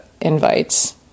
invites